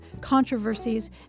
controversies